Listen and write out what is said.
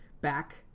back